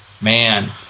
Man